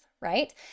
right